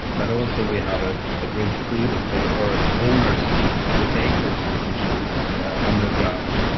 but also we have a great freedom for the forest owners to take those decisions on the ground,